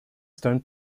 stone